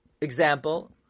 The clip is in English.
example